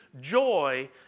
joy